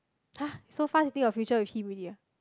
!hah! so fast you think of future with him already ah